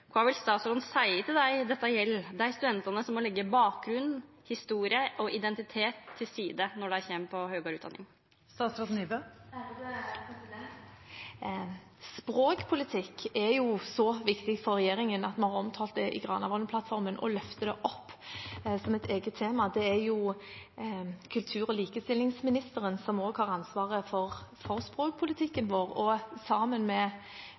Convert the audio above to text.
kva vil statsråden seia til dei dette gjeld, dei studentane som må leggja bakgrunn, historie og identitet til side når dei begynner på høgare utdanning? Språkpolitikk er så viktig for regjeringen at vi har omtalt det i Granavolden-plattformen og løftet det opp som et eget tema. Det er kultur- og likestillingsministeren som også har ansvaret for språkpolitikken vår, og sammen med